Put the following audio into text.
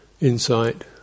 insight